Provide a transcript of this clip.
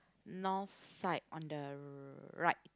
north side on the right